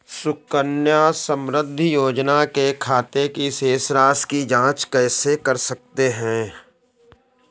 सुकन्या समृद्धि योजना के खाते की शेष राशि की जाँच कैसे कर सकते हैं?